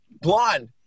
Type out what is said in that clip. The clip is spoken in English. Blonde